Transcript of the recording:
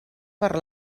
per